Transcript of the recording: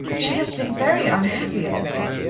she has been very unhappy of late.